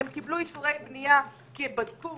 הם קיבלו אישורי בנייה כי הם בדקו,